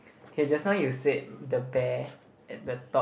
K just now you set the bear at the top